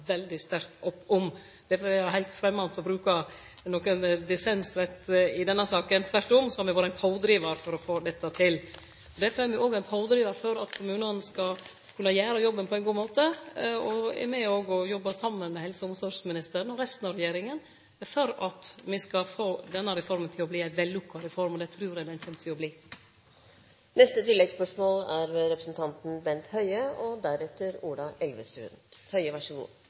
veldig sterkt opp om. Difor er det heilt framandt å bruke nokon dissensrett i denne saka. Tvert om har me vore ein pådrivar for å få dette til. Me er òg ein pådrivar for at kommunane skal kunne gjere jobben på ein god måte, og jobbar saman med helse- og omsorgsministeren og resten av regjeringa for at me skal få denne reforma til å verte ei vellukka reform, og det trur eg ho kjem til å verte. Bent Høie – til oppfølgingsspørsmål. Fra 1. januar fikk kommunene betalingsplikt for utskrivingsklare pasienter, og